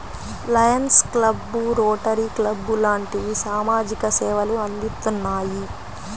Lions club, Rotary club లాంటివి సామాజిక సేవలు అందిత్తున్నాయి